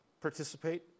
participate